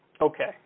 Okay